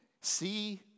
See